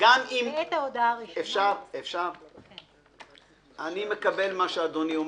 אני מקבל את מה שאדוני אומר.